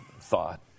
thought